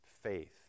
Faith